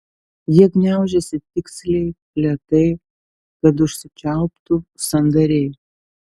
jie gniaužiasi tiksliai lėtai kad užsičiauptų sandariai